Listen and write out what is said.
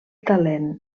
talent